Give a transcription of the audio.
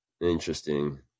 Interesting